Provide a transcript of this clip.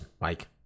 Mike